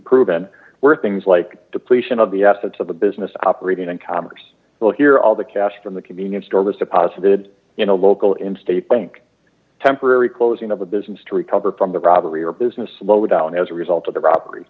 proven were things like depletion of the assets of the business operating in commerce will hear all the cash from the convenience store was deposited in a local in state bank temporary closing of a business to recover from the robbery or business slowdown as a result of the robber